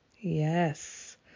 Yes